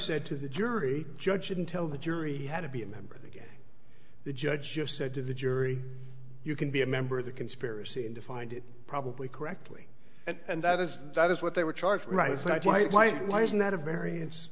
said to the jury the judge didn't tell the jury had to be a member they get the judge just said to the jury you can be a member of the conspiracy and defined it probably correctly and that is that is what they were charged right it's like why why why isn't that a v